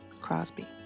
Crosby